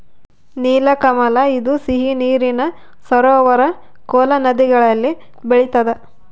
ನೀಲಕಮಲ ಇದು ಸಿಹಿ ನೀರಿನ ಸರೋವರ ಕೋಲಾ ನದಿಗಳಲ್ಲಿ ಬೆಳಿತಾದ